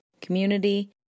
community